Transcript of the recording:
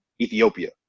Ethiopia